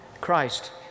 Christ